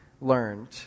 learned